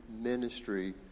ministry